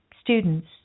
students